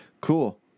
cool